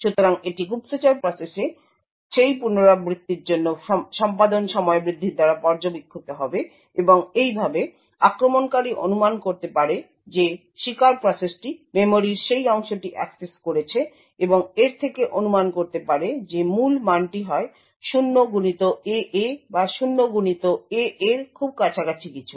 সুতরাং এটি গুপ্তচর প্রসেসে সেই পুনরাবৃত্তির জন্য সম্পাদন সময় বৃদ্ধির দ্বারা পর্যবেক্ষিত হবে এবং এইভাবে আক্রমণকারী অনুমান করতে পারে যে শিকার প্রসেসটি মেমরির সেই অংশটি অ্যাক্সেস করেছে এবং এর থেকে অনুমান করতে পারে যে মূল মানটি হয় 0xAA বা 0xAA এর খুব কাছাকাছি কিছু